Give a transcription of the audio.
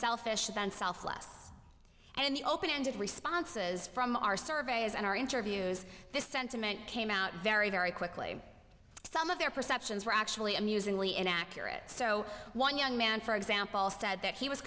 selfish then self less and in the open ended responses from our surveys and our interviews this sentiment came out very very quickly some of their perceptions were actually amusingly inaccurate so one young man for example said that he was